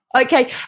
Okay